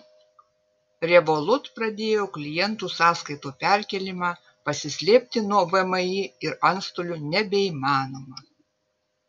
revolut pradėjo klientų sąskaitų perkėlimą pasislėpti nuo vmi ir antstolių nebeįmanoma